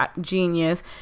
genius